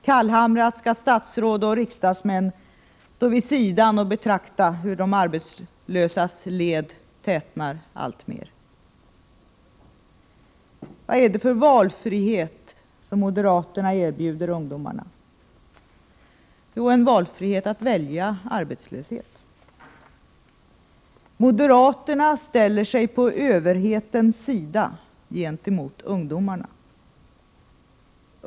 Kallhamrat skall statsråd och riksdagsmän stå vid sidan och betrakta de arbetslösas tätnande led. Vad är det för valfrihet som moderaterna erbjuder ungdomarna? Jo, en valfrihet att välja arbetslöshet. Moderaterna ställer sig på överhetens sida gentemot ungdomarna.